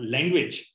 Language